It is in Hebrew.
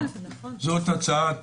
זאת הצעת